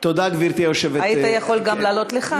היית יכול גם לעלות לכאן.